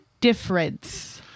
difference